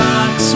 Box